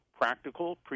practical